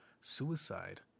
suicide